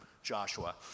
Joshua